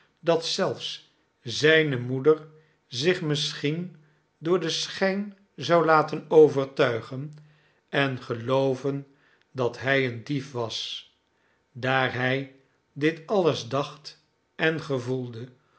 dat zelfs zijne moeder zich misschien door den schijn zou laten overtuigen en gelooven dat hij een dief was daar hij dit alles dacht en gevoelde